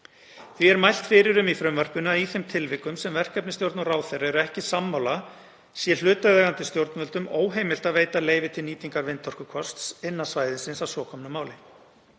Því er mælt fyrir um að í þeim tilvikum sem verkefnisstjórn og ráðherra eru ekki sammála sé hlutaðeigandi stjórnvöldum óheimilt að veita leyfi til nýtingar vindorkukosts innan svæðisins að svo komnu máli.